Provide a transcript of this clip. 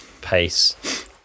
pace